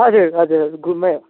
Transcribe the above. हजुर हजुर घुममै हो